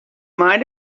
mind